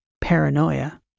Paranoia